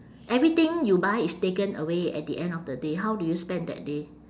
everything you buy is taken away at the end of the day how do you spend that day